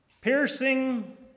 piercing